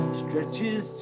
stretches